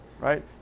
right